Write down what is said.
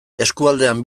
eskualdean